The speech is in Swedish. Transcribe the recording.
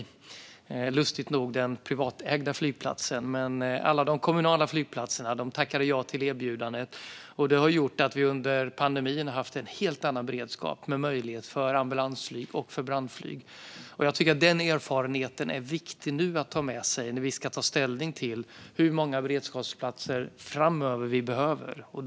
Det var, lustigt nog, den privatägda flygplatsen. Men alla de kommunala flygplatserna tackade ja till erbjudandet. Det har gjort att vi under pandemin har haft en helt annan beredskap med möjlighet för ambulansflyg och för brandflyg. Jag tycker att den erfarenheten är viktig att ta med sig nu när vi ska ta ställning till hur många beredskapsflygplatser vi behöver framöver.